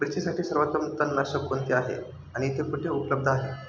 मिरचीसाठी सर्वोत्तम तणनाशक कोणते आहे आणि ते कुठे उपलब्ध आहे?